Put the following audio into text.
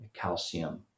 calcium